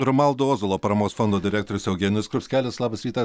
romualdo ozolo paramos fondo direktorius eugenijus skrupskelis labas rytas